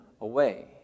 away